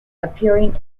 appearing